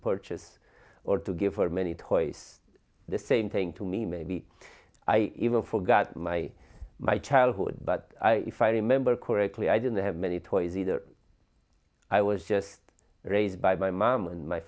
purchase or to give her many toys the same thing to me maybe i even forgot my my childhood but if i remember correctly i didn't have many toys either i was just raised by my mom and my